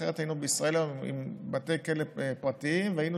אחרת היינו בישראל היום עם בתי כלא פרטיים והיינו